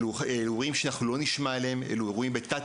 אלה אירועים שמצויים בתת